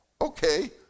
okay